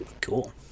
Cool